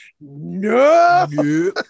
no